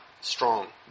strong